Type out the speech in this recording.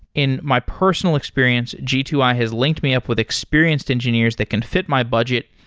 in my personal experience, g two i has linked me up with experienced engineers that can fit my budget,